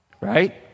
Right